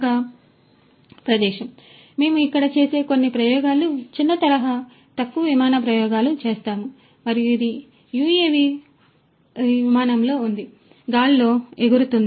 మరియు మేము ఇక్కడ చేసే కొన్ని ప్రయోగాలు చిన్న తరహా తక్కువ విమాన ప్రయోగాలు చేస్తాము మరియు ఇది ఈ యుఎవి ఇది విమానంలో ఉంది ఇది గాలిలో ఎగురుతోంది